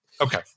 okay